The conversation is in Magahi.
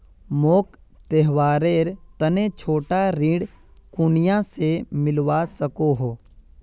मोक त्योहारेर तने छोटा ऋण कुनियाँ से मिलवा सको हो?